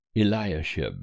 Eliashib